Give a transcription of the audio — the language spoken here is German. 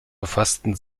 befassten